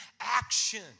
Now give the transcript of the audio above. action